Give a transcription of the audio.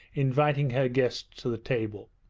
inviting her guests to the table.